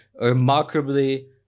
remarkably